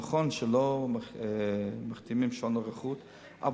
נכון שאנחנו לא מחתימים שעון נוכחות אבל